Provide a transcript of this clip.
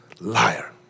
liar